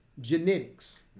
genetics